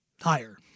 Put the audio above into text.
higher